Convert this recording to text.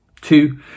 Two